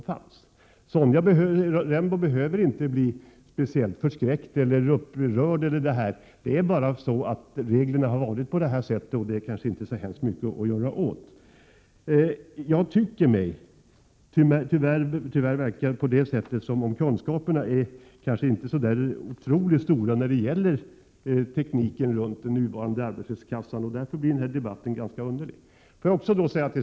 Men Sonja Rembo behöver inte bli speciellt förskräckt eller upprörd, det är bara så att reglerna har varit sådana. Det kan man inte göra så hemskt mycket åt. Tyvärr verkar det som att kunskaperna inte är så otroligt stora om tekniken när det gäller den nuvarande arbetslöshetskassan. Därför blir den här debatten ganska underlig.